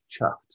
chuffed